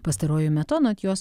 pastaruoju metu anot jos